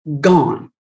gone